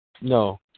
No